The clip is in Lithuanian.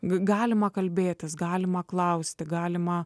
galima kalbėtis galima klausti galima